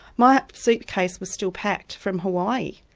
my suitcase was still packed from hawaii,